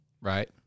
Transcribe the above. Right